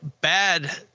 bad